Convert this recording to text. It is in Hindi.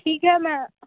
ठीक है मैं